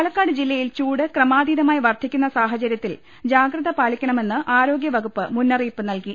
പാലക്കാട് ജില്ലയിൽ ചൂട് ക്രമാതീതമായി വർദ്ധിക്കുന്ന സാഹചര്യത്തിൽ ജാഗ്രത പാലിക്കണമെന്ന് ആരോഗ്യവകുപ്പ് മുന്നറിയിപ്പ് നൽകി